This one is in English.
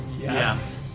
Yes